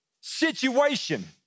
situation